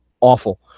awful